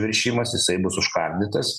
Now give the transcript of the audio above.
viršijimas jisai bus užkardytas